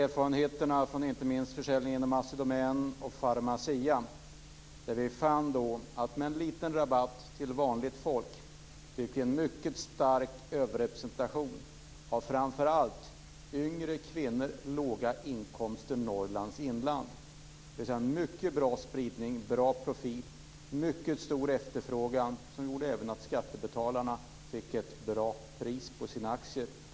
Erfarenheterna från inte minst försäljningen av Assi Domän och Pharmacia visar att en liten rabatt till vanligt folk ledde till en mycket stark överrepresentation av framför allt yngre kvinnor, människor med låga inkomster och människor i Norrlands inland, dvs. en mycket bra spridning, en bra profil och mycket stor efterfrågan som gjorde att även skattebetalarna fick ett bra pris på sina aktier.